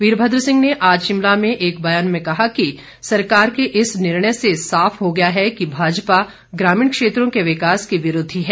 वीरभद्र सिंह ने आज शिमला में एक बयान में कहा कि सरकार के इस निर्णय से साफ हो गया है कि भाजपा ग्रामीण क्षेत्रों के विकास की विरोधी है